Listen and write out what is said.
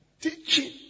Teaching